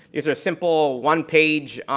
it's a simple one page,